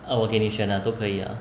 eh 我给你选啊都可以啊